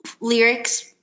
lyrics